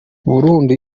burundi